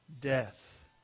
death